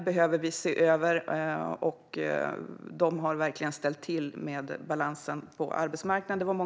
De har verkligen ställt till det för balansen på arbetsmarknaden.